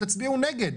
תצביעו נגד.